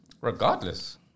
Regardless